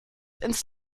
ins